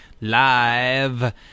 live